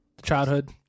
Childhood